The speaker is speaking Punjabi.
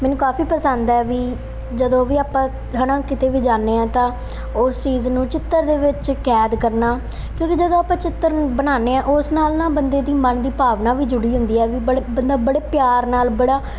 ਮੈਨੂੰ ਕਾਫੀ ਪਸੰਦ ਹੈ ਵੀ ਜਦੋਂ ਵੀ ਆਪਾਂ ਹੈ ਨਾ ਕਿਤੇ ਵੀ ਜਾਂਦੇ ਹਾਂ ਤਾਂ ਉਸ ਚੀਜ਼ ਨੂੰ ਚਿੱਤਰ ਦੇ ਵਿੱਚ ਕੈਦ ਕਰਨਾ ਕਿਉਂਕਿ ਜਦੋਂ ਆਪਾਂ ਚਿੱਤਰ ਬਣਾਉਂਦੇ ਹਾਂ ਉਸ ਨਾਲ ਨਾ ਬੰਦੇ ਦੀ ਮਨ ਦੀ ਭਾਵਨਾ ਵੀ ਜੁੜੀ ਹੁੰਦੀ ਹੈ ਵੀ ਬੜੇ ਬੰਦਾ ਬੜੇ ਪਿਆਰ ਨਾਲ ਬੜਾ